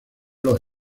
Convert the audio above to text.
los